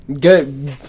Good